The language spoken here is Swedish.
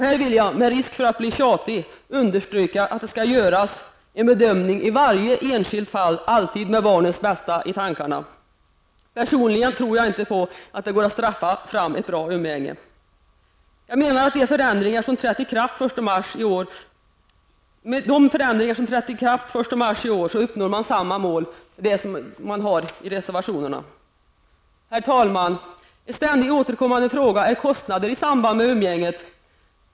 Här vill jag, med risk för att bli tjatig, understryka att det skall göras en bedömning i varje enskilt fall, alltid med barnets bästa i tankarna. Personligen tror jag inte på att det går att ''straffa fram'' ett bra umgänge. Jag menar att man med de förändringar som trädde i kraft den 1 mars i år uppnår samma mål som de i reservationerna. Herr talman! En ständigt återkommande fråga är kostnader i samband med umgänget.